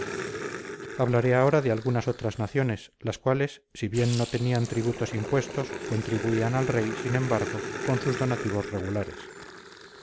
hablaré ahora de algunas otras naciones las cuales si bien no tenían tributos impuestos contribuían al rey sin embargo con sus donativos regulares